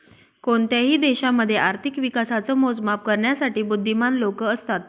कोणत्याही देशामध्ये आर्थिक विकासाच मोजमाप करण्यासाठी बुध्दीमान लोक असतात